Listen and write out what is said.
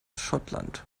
schottland